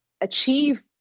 achieve